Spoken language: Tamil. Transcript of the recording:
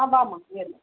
ஆ வாம்மா நேரில்